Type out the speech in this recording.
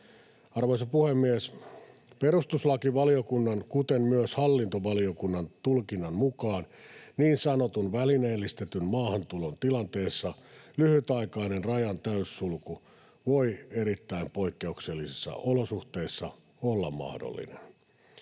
Arvoisa puhemies! Perustuslakivaliokunnan kuten myös hallintovaliokunnan tulkinnan mukaan niin sanotun välineellistetyn maahantulon tilanteessa lyhytaikainen rajan täyssulku voi erittäin poikkeuksellisissa olosuhteissa olla mahdollinen.